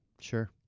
sure